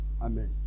Amen